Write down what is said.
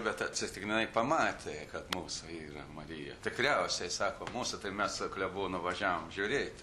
bet atsitiktinai pamatė kad mūsų yra marija tikriausiai sako mūsų tai mes su klebonu važiavom žiūrėti